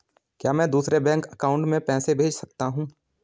क्या मैं दूसरे बैंक अकाउंट में पैसे भेज सकता हूँ?